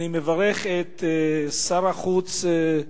אני מברך את שר החוץ,